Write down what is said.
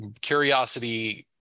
Curiosity